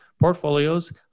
portfolios